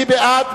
מי בעד?